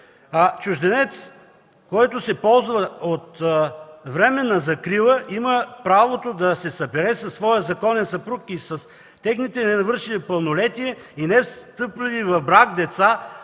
„Чужденец, ползващ се от временна закрила, има право да се събере със своя законен съпруг и с техните ненавършили пълнолетие и невстъпили в брак деца,